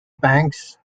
banks